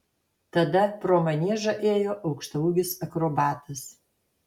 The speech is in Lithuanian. tada pro maniežą ėjo aukštaūgis akrobatas